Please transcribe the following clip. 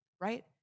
right